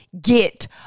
get